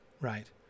right